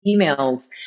emails